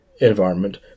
environment